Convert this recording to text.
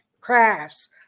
crafts